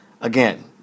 Again